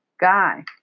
guy